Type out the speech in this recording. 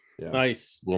Nice